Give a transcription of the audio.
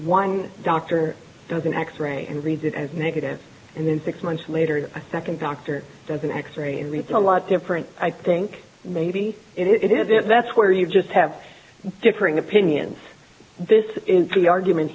one doctor does an x ray and reads it as negative and then six months later a second doctor does an x ray and reads a lot different i think maybe it is that's where you just have differing opinions this is the argument